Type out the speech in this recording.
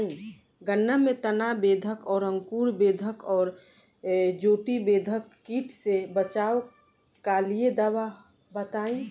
गन्ना में तना बेधक और अंकुर बेधक और चोटी बेधक कीट से बचाव कालिए दवा बताई?